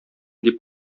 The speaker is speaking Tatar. дип